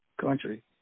country